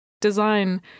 Design